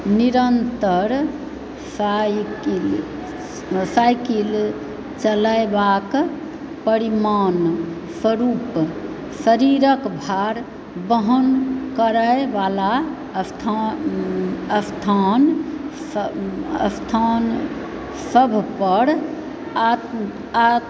निरन्तर cycle cycle चलैबाक परिमाण स्वरूप शरीरक भार वहन करै वाला स्थान स्थान स्थान सभ पर आ आ